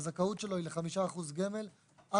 הזכאות שלו היא ל-5% גמל .